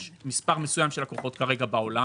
יש מספר מסוים של לקוחות בעולם.